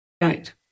Right